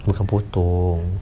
potong-potong